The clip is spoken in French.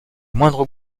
moindre